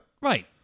Right